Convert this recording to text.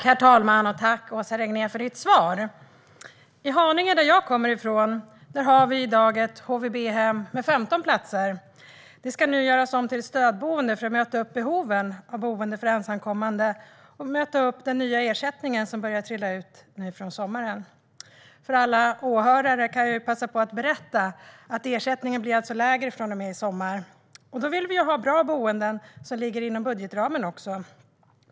Herr talman! Tack, Åsa Regnér, för ditt svar! I Haninge, som jag kommer från, har vi i dag ett HVB-hem med 15 platser. Det ska nu göras om till ett stödboende för att möta behovet av boenden för ensamkommande och för att möta den nya ersättningen, som börjar trilla ut från och med i sommar. För alla åhörare kan jag passa på att berätta att ersättningen alltså blir lägre från och med i sommar. Då vill vi ha bra boenden som också ligger inom budgetramen.